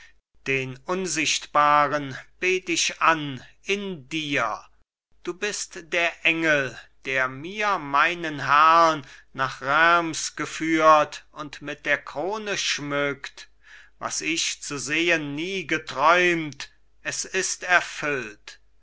den unsichtbaren bet ich an in dir du bist der engel der mir meinen herrn nach reims geführt und mit der krone schmückt was ich zu sehen nie geträumt es ist erfüllt